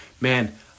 man